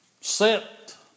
set